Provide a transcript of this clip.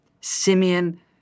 Simeon